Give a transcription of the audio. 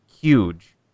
huge